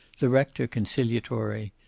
the rector conciliatory,